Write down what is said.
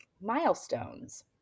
milestones